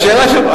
לשאלה שלך.